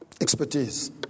Expertise